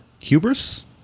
Hubris